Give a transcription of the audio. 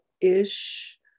ish